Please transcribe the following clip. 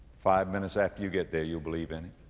five minutes after you get there you'll believe in it.